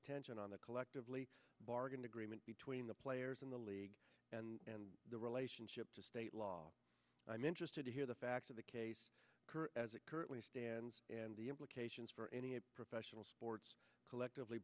attention on the collectively bargain agreement between the players in the league and the relationship to state law i'm interested to hear the facts of the case as it currently stands and the implications for any professional sports collectively